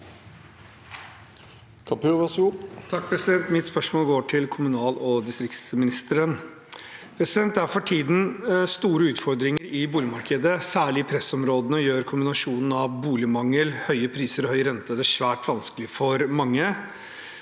(H) Mitt spørsmål går til kommunal- og distriktsministeren. Det er for tiden store utfordringer i boligmarkedet. Særlig i pressområdene gjør kombinasjonen av boligmangel, høye priser og høy rente det svært vanskelig for mange.